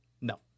No